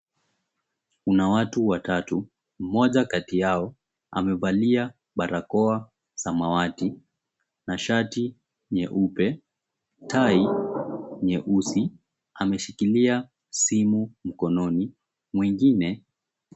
Kuna watu watatu, mmoja kati yao amevalia barakoa samawati na shati nyeupe tai nyeusi ameshikilia simu mkononi mwengine.